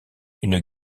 une